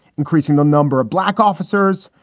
increasing the number of black officers,